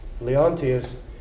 Leontius